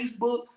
Facebook